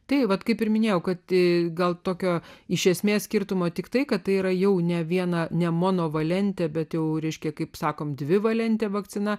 tai vat kaip ir minėjau kad tai gal tokio iš esmės skirtumo tiktai kad tai yra jau ne vieną ne mono valentė bet jau reiškia kaip sakome dvivalentė vakcina